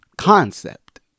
concept